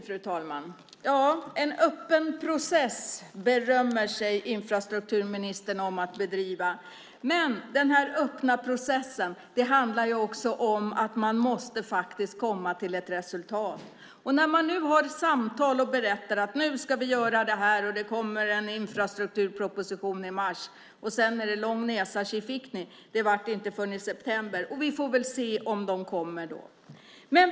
Fru talman! En öppen process berömmer sig infrastrukturministern om att bedriva. Men denna öppna process handlar också om att man faktiskt måste komma till ett resultat. Man har samtal och berättar att man ska göra detta och att det kommer en infrastrukturproposition i mars. Sedan är det lång näsa och tji fick ni, för det blir inte förrän i september. Vi får väl se om det kommer något då.